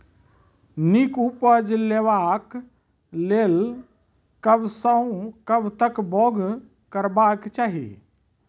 नीक उपज लेवाक लेल कबसअ कब तक बौग करबाक चाही?